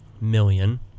million